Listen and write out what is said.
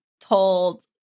told